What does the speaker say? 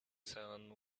sound